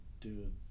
dude